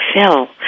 Phil